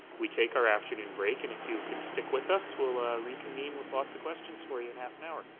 we take our afternoon break, and if you could stick with us, we'll reconvene with lots of questions for you in half an hour.